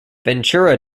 ventura